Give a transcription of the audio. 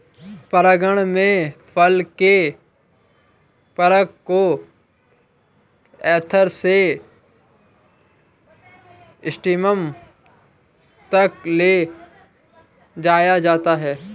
परागण में फल के पराग को एंथर से स्टिग्मा तक ले जाया जाता है